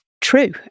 true